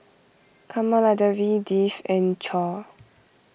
Kamaladevi Dev and Choor